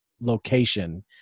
location